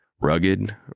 Rugged